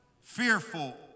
fearful